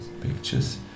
pictures